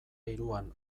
hiruan